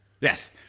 Yes